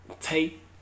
take